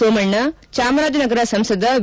ಸೋಮಣ್ಣ ಚಾಮರಾಜನಗರ ಸಂಸದ ವಿ